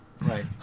Right